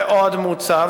ועוד מוצע,